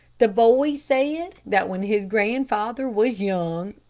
the boy said that when his grandfather was young,